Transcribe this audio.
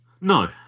No